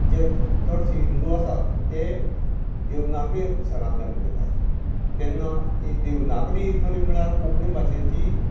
जे चडशे हिंदू आसात ते देवनागरी अक्षरांतल्यान बरयतात तेन्ना ही देवनागरी ही खरी म्हळ्यार कोंकणी भाशेची